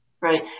Right